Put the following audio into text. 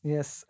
Yes